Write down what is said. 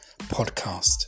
podcast